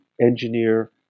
engineer